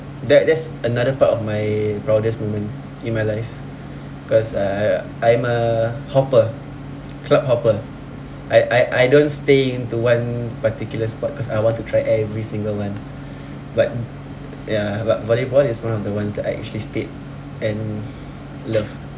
that that's another part of my proudest moment in my life cause uh I'm a hopper club hopper I I I don't stay into one particular sport cause I want to try every single one but ya but volleyball is one of the ones that I actually stayed and loved